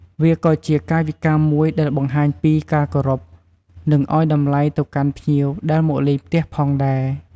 វាក៏ជា កាយវិការមួយដែលបង្ហាញពីការគោរព និងឲ្យតម្លៃទៅកាន់ភ្ញៀវដែលមកលេងផ្ទះផងដែរ។